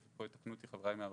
ופה יתקנו אותי חבריי מהרשות,